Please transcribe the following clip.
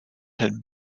had